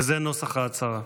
וזה נוסח ההצהרה: